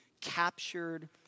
captured